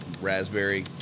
raspberry